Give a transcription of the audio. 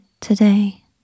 today